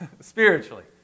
spiritually